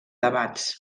debats